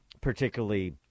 particularly